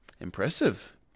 impressive